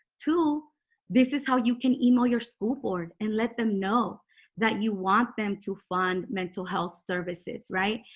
to this is how you can email your school board and let them know that you want them to fund mental health services, right?